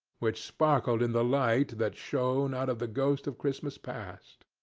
which sparkled in the light that shone out of the ghost of christmas past.